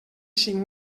cinc